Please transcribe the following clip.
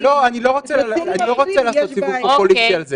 לצעירים יש בעיה --- אני לא רוצה לעשות סיבוב פופוליסטי על זה